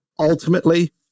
Ultimately